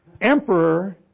emperor